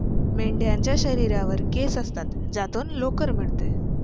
मेंढ्यांच्या शरीरावर केस असतात ज्यातून लोकर मिळते